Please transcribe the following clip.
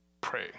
pray